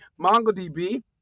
MongoDB